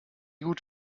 gut